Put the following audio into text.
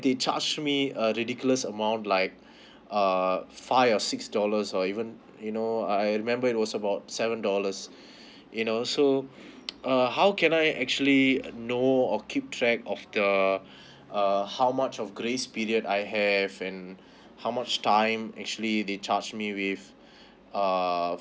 they charged me a ridiculous amount like err five or six dollars or even you know I I remember it was about seven dollars you know so err how can I actually know or keep track of the err how much of grace period I have and how much time actually they charge me with err